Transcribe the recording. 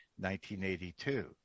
1982